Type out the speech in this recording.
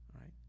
right